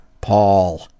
Paul